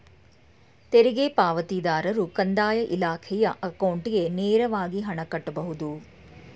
ತೆರಿಗೆ ಪಾವತಿದಾರರು ಕಂದಾಯ ಇಲಾಖೆಯ ಅಕೌಂಟ್ಗೆ ನೇರವಾಗಿ ಹಣ ಕಟ್ಟಬಹುದು